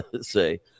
say